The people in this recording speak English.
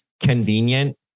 convenient